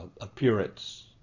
appearance